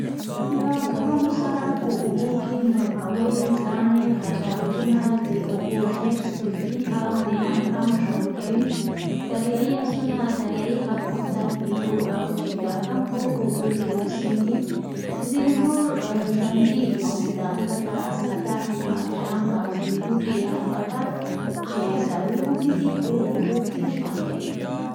له کبانو سره په اوبو کې مرغاوۍ، زاڼې، خرچنګونه، د ابو خرس، دولفین او نهنګ هم ژوند کوي. دریایي اسونه، دریايي خرپوښتک، میګو او چنګاښ هم په اوبو کې اوسېږي. ځیني نور ژوندي موجودات، لکه: صدف، مرجان او ځني بوټي یا نباتات چې څارویو غوندې دي په اوبو کې ژوند کوي.